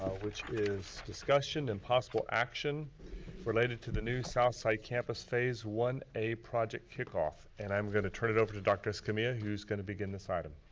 which is discussion and possible action related to the new southside campus phase one a project kick-off. and i'm gonna turn it over to dr. escamilla, who's gonna begin this item.